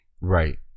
Right